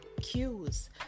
cues